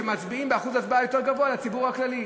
שמצביעים באחוז יותר גבוה מאשר הציבור הכללי.